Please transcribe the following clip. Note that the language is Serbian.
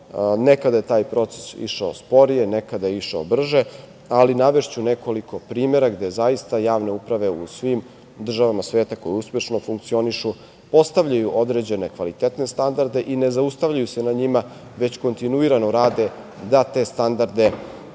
Nekada je taj proces išao sporije, nekada je išao brže, ali navešću nekoliko primera gde zaista javne uprave u svim državama sveta koje uspešno funkcionišu postavljaju određene kvalitetne standarde i ne zaustavljaju se na njima, već kontinuirano rade da te standarde